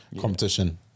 competition